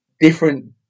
Different